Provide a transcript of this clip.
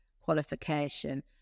qualification